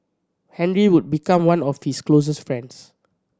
Henry would become one of his closest friends